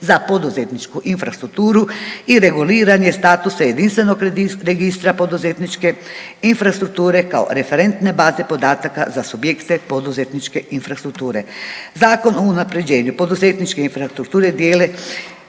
za poduzetničku infrastrukturu i reguliranje statusa jedinstvenog registra poduzetničke infrastrukture kao referentne baze podataka za subjekte poduzetničke infrastrukture. Zakon o unapređenju poduzetničke infrastrukture dijele,